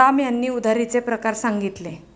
राम यांनी उधारीचे प्रकार सांगितले